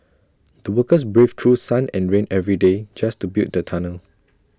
the workers braved through sun and rain every day just to build the tunnel